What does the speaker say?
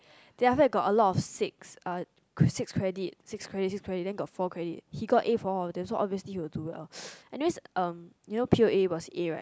then after that got a lot of six uh six credit six credit then got four credit he got A for all of them so obviously he will do well anyways um you know p_o_a was A right